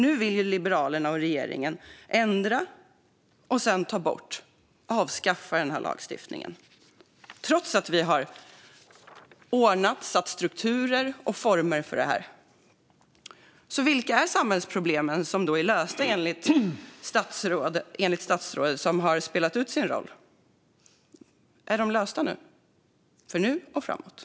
Nu vill Liberalerna och regeringen ändra den här lagstiftningen och sedan avskaffa den, trots att vi har ordnat strukturer och former för det här. Vilka är de samhällsproblem som är lösta, enligt statsrådet, om nu lagen har spelat ut sin roll? Är problemen lösta nu och framgent?